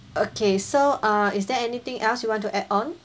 okay so uh is there anything else you want to add on